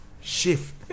shift